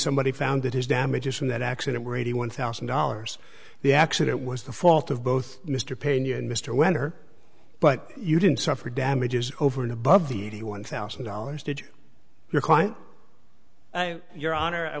somebody found that his damages from that accident were eighty one thousand dollars the accident was the fault of both mr pena and mr winter but you didn't suffer damages over and above the eighty one thousand dollars to your client your honor i